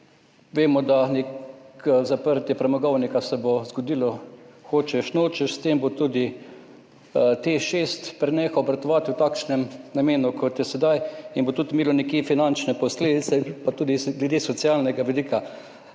Vemo, da se bo zaprtje premogovnika zgodilo, hočeš nočeš, s tem bo tudi Teš 6 prenehal obratovati s takšnim namenom, kot je sedaj, in bo tudi imelo nekje finančne posledice, pa tudi glede socialnega vidika.